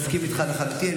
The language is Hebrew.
מסכים איתך לחלוטין,